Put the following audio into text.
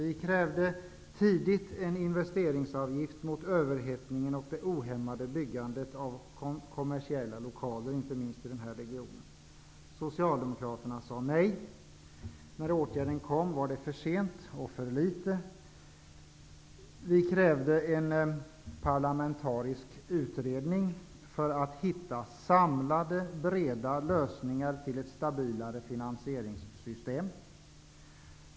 Vi krävde tidigt en investeringsavgift mot överhettningen och det ohämmade byggandet av kommersiella lokaler, inte minst i Stockholmsregionen. Socialdemokraterna sade nej. När åtgärden kom var det för sent och den var för liten. Vi krävde en parlamentarisk utredning för att hitta samlade breda lösningar för ett stabilare finansieringssystem.